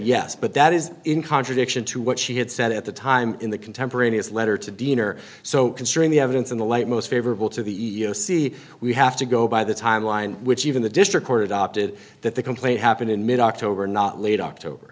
yes but that is in contradiction to what she had said at the time in the contemporaneous letter to dean or so considering the evidence in the light most favorable to the e e o c we have to go by the timeline which even the district court adopted that the complaint happened in mid october not late october